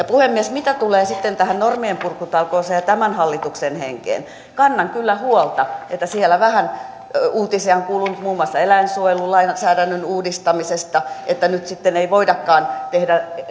puhemies mitä tulee tähän normienpurkutalkooseen ja tämän hallituksen henkeen kannan kyllä huolta että siellä vähän uutisia on kuulunut muun muassa eläinsuojelulainsäädännön uudistamisesta että nyt sitten ei voidakaan tehdä